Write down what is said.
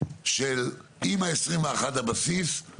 עם ה-21 מיליון בבסיס,